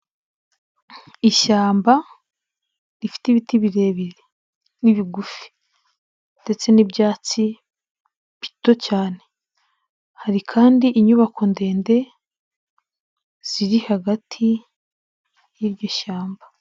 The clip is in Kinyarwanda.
Ishyamba rifite ibiti birebire n'ibigufi ndetse n'ibyatsi bito cyane. Hari kandi inyubako ndende ziri hagati y'iryo shyamba.